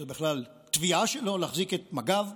וזאת בכלל תביעה שלו להחזיק את מג"ב.